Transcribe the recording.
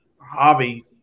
hobby